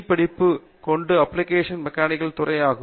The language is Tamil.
படிப்பு கொண்டது அப்ளிகேஷன் மெக்கானிக்ஸ் துறை ஆகும்